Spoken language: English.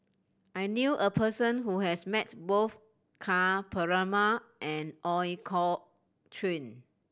I knew a person who has met both Ka Perumal and Ooi Kok Chuen